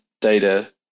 data